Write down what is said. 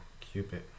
Cupid